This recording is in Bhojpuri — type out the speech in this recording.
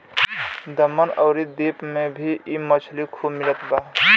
दमन अउरी दीव में भी इ मछरी खूब मिलत बा